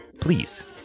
please